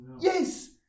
Yes